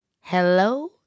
Hello